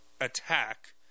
attack